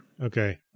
Okay